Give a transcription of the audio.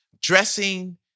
Dressing